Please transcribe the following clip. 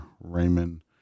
Raymond